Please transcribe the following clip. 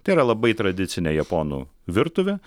tai yra labai tradicinė japonų virtuvė